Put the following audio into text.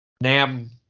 Nam